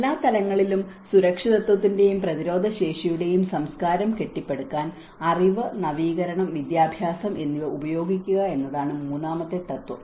എല്ലാ തലങ്ങളിലും സുരക്ഷിതത്വത്തിന്റെയും പ്രതിരോധശേഷിയുടെയും സംസ്കാരം കെട്ടിപ്പടുക്കാൻ അറിവ് നവീകരണം വിദ്യാഭ്യാസം എന്നിവ ഉപയോഗിക്കുക എന്നതാണ് മൂന്നാമത്തെ തത്വം